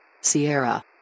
Sierra